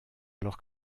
alors